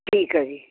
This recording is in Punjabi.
ਠੀਕ ਹੈ ਜੀ